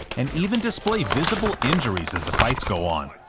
and even display visible injuries as the fights go on.